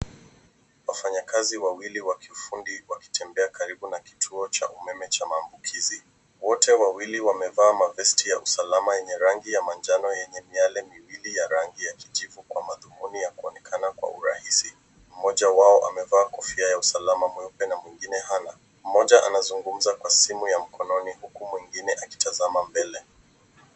Wafanyakazi wawili wa kifundi wakitembea karibu na kituo cha umeme cha maambukizi. Wote wawili wamevaa mavesti ya usalama yenye rangi ya manjano yenye miale miwili ya rangi ya kijivu kwa mathumuni ya kuonekana kwa urahisi. Mmoja wao amevaa kofia ya usalama mweupe na mwingine hana. Mmoja anazungumza kwa simu ya mkononi huku mwingine akitazama mbele.